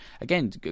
again